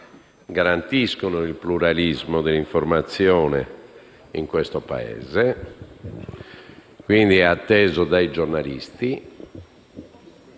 garantiscono il pluralismo dell'informazione in questo Paese. È quindi atteso dai giornalisti,